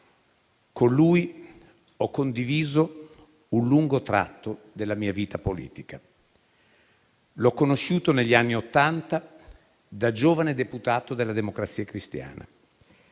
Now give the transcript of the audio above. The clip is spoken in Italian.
Con lui ho condiviso un lungo tratto della mia vita politica. L'ho conosciuto negli anni Ottanta, da giovane deputato della Democrazia Cristiana.